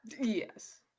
Yes